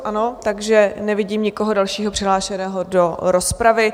Ano, takže nevidím nikoho dalšího přihlášeného do rozpravy.